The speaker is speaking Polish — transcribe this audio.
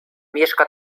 mieszka